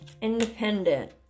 Independent